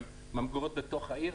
ממגורות בתוך העיר,